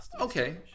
Okay